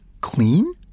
clean